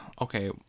Okay